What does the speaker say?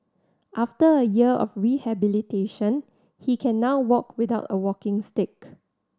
after a year of rehabilitation he can now walk without a walking stick